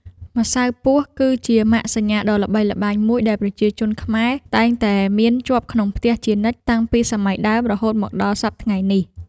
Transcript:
ម្សៅពស់គឺជាម៉ាកសញ្ញាដ៏ល្បីល្បាញមួយដែលប្រជាជនខ្មែរតែងតែមានជាប់ក្នុងផ្ទះជានិច្ចតាំងពីសម័យដើមរហូតមកដល់សព្វថ្ងៃនេះ។